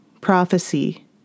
prophecy